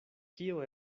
kio